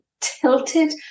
tilted